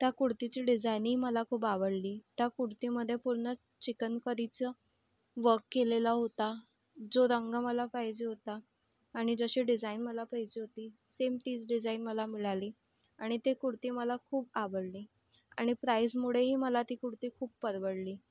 त्या कुरतीची डिझाईनी मला खूप आवडली त्या कुरतीमधे पूर्ण चिकनकरीचं वक केलेला होता जो रंग मला पाहिजे होता आणि जशी डिझाईन मला पाहिजे होती सेम तीच डिझाईन मला मिळाली आणि ते कुरती मला खूप आवडली आणि प्राईजमुळेही मला ती कुरती खूप परवडली